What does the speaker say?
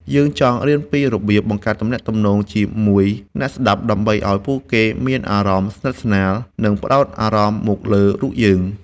យើងចង់រៀនពីរបៀបបង្កើតទំនាក់ទំនង ជាមួយអ្នកស្ដាប់ ដើម្បីឱ្យពួកគេមានអារម្មណ៍ស្និទ្ធស្នាល និងផ្ដោតអារម្មណ៍មកលើរូបយើង។